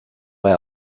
way